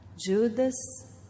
Judas